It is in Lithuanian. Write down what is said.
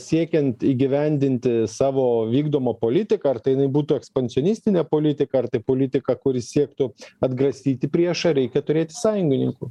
siekiant įgyvendinti savo vykdomą politiką ar tai jinai būtų ekspansionistinė politika ar tai politika kuri siektų atgrasyti priešą reikia turėti sąjungininkų